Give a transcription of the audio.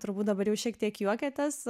turbūt dabar jau šiek tiek juokiatės